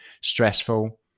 stressful